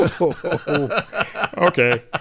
okay